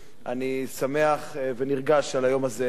אני שמח ונרגש על היום הזה בכנסת.